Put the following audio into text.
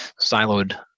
siloed